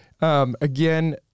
Again